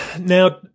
now